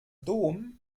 dom